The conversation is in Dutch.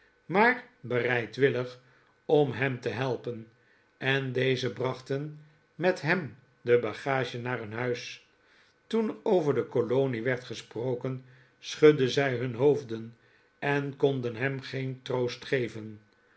maar bereidwillig om hem te helpen en deze brachten met hem de bagage naar hun huis toen er over de kolonie werd gesproken schudden zij hun hoofden en konden hem geen troost geven